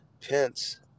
Pence